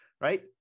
right